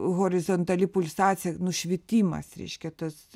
horizontali pulsacija nušvitimas reiškia tas